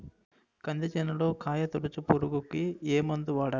కంది చేనులో కాయతోలుచు పురుగుకి ఏ మందు వాడాలి?